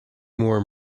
more